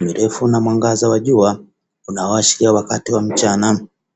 mirefu na mwangaza wa jua, unawashia wakati wa mchana.